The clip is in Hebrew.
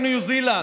ניו זילנד,